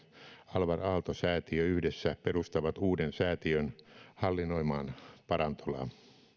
alvar aalto säätiö yhdessä perustavat uuden säätiön hallinnoimaan parantolaa